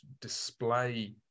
display